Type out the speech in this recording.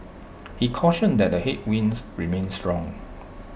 he cautioned that the headwinds remain strong